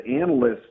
analysts